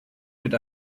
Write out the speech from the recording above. mit